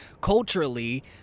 culturally